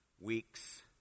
weeks